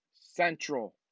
central